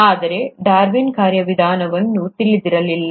ಆದರೆ ಡಾರ್ವಿನ್ ಕಾರ್ಯವಿಧಾನವನ್ನು ತಿಳಿದಿರಲಿಲ್ಲ